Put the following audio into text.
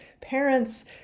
parents